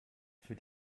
für